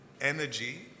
energy